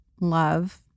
love